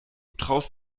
traust